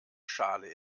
schale